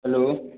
hello